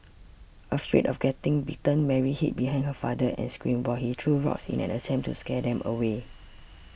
afraid of getting bitten Mary hid behind her father and screamed while he threw rocks in an attempt to scare them away